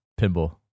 pinball